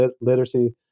literacy